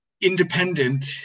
independent